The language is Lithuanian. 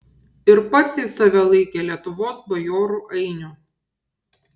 ir pats jis save laikė lietuvos bajorų ainiu